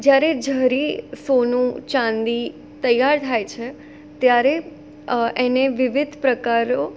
જ્યારે જરી સોનું ચાંદી તૈયાર થાય છે ત્યારે એને વિવિધ પ્રકારો